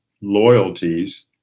loyalties